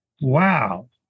wow